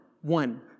one